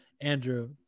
andrew